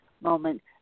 moment